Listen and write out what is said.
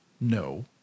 no